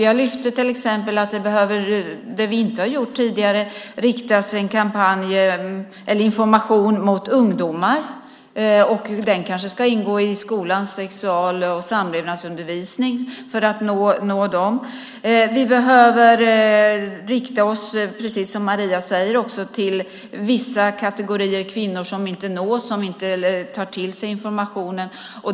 Jag lyfte till exempel upp att det vi inte har gjort tidigare är att rikta information till ungdomar. Den kanske ska ingå i skolans sex och samlevnadsundervisning. Informationen behöver också riktas, som Maria Larsson säger, till vissa kategorier kvinnor som inte nås eller tar till sig informationen.